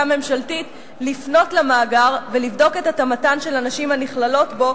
ממשלתית לפנות למאגר ולבדוק את התאמתן של הנשים הנכללות בו,